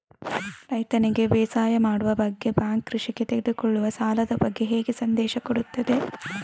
ರೈತನಿಗೆ ಬೇಸಾಯ ಮಾಡುವ ಬಗ್ಗೆ ಬ್ಯಾಂಕ್ ಕೃಷಿಗೆ ತೆಗೆದುಕೊಳ್ಳುವ ಸಾಲದ ಬಗ್ಗೆ ಹೇಗೆ ಸಂದೇಶ ಕೊಡುತ್ತದೆ?